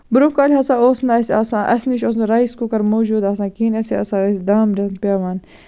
برونٛہہ کالہِ ہسا اوس نہٕ اَسہِ آسان اَسہِ نِش اوس نہٕ رایِس کُکَر موٗجوٗد آسان کِہینۍ أسۍ ہسا ٲسۍ دامبرِس پیٚوان